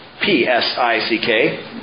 P-S-I-C-K